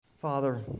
Father